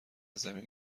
زمین